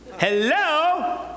hello